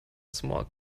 small